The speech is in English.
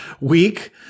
week